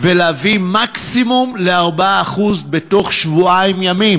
ולהביא למקסימום 4% בתוך שבועיים ימים.